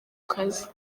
kazi